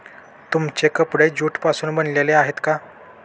तुमचे कपडे ज्यूट पासून बनलेले आहेत का?